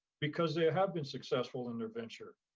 because they have been successful in their venture.